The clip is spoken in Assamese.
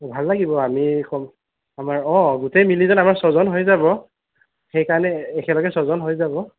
ভাল লাগিব আমি কম আমাৰ অঁ গোটেই মিলি আমাৰ ছজন হৈ যাব সেইকাৰণে একেলগে ছজন হৈ যাব